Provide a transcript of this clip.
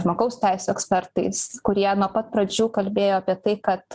žmogaus teisių ekspertais kurie nuo pat pradžių kalbėjo apie tai kad